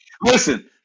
Listen